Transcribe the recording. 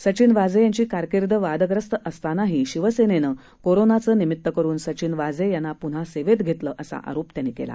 सचिन वाझे यांची कारकिर्द वादग्रस्त असतानाही शिवसेनेनं कोरोनाचं निमीत्त करून सचिन वाझे यांना पुन्हा सेवेत घेतलं असा आरोप त्यांनी केला